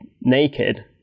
naked